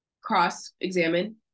cross-examine